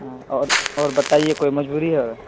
ہاں اور اور بتائیے کوئی مجبوری ہے اور